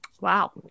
wow